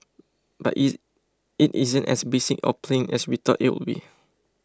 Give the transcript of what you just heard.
but it it isn't as basic or plain as we thought it would be